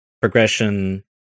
progression